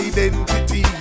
Identity